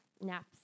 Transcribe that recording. naps